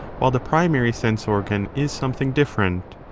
while the primary sense-organ is something different,